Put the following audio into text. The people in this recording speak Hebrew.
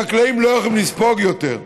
החקלאים לא יכולים לספוג יותר.